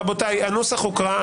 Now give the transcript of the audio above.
רבותיי, הנוסח הוקרא.